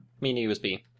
Mini-USB